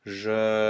je